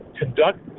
conduct